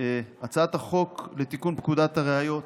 הצעת החוק לתיקון פקודת הראיות